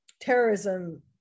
terrorism